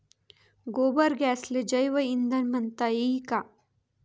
गोबर गॅसले जैवईंधन म्हनता ई का?